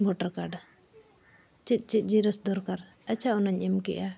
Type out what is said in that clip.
voter card ᱪᱮᱫ ᱪᱮᱫ xerox ᱫᱚᱨᱠᱟᱨᱟ ᱟᱪᱪᱷᱟ ᱚᱱᱟᱧ ᱮᱢ ᱠᱮᱫᱟ